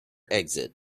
exit